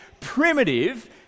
primitive